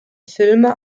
filme